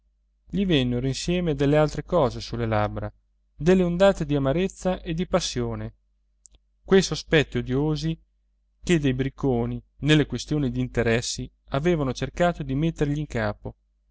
gli vennero insieme delle altre cose sulle labbra delle ondate di amarezza e di passione quei sospetti odiosi che dei bricconi nelle questioni d'interessi avevano cercato di mettergli in capo